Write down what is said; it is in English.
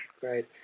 Great